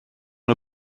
nhw